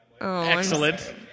Excellent